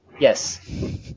Yes